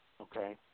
okay